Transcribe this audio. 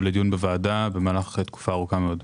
לדיון בוועדה במהלך תקופה ארוכה מאוד.